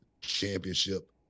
championship